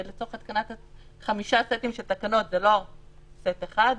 ולצורך התקנת חמישה סטים של תקנות, זה לא סט אחד,